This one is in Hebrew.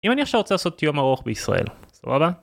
אם אני עכשיו רוצה לעשות יום ארוך בישראל, סבבה?